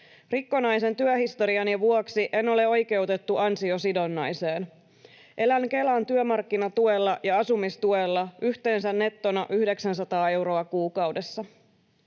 Rikkonaisen työhistoriani vuoksi en ole oikeutettu ansiosidonnaiseen. Elän Kelan työmarkkinatuella ja asumistuella, yhteensä nettona 900 euroa kuukaudessa.